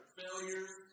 failures